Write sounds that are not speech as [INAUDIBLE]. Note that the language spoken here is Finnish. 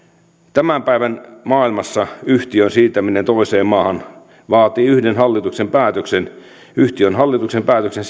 tämän päivän maailmassa yhtiön siirtäminen toiseen maahan vaatii yhden hallituksen päätöksen yhtiön hallituksen päätöksen [UNINTELLIGIBLE]